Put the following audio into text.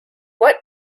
what